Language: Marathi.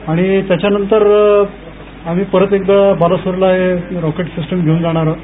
आणि त्याच्या नंतर आम्ही परत एकदा बालासोरला ही रॉकेट सिस्टम घेऊन जाणार आहोत